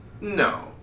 no